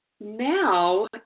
now